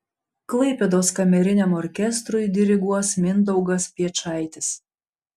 klaipėdos kameriniam orkestrui diriguos mindaugas piečaitis